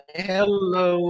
hello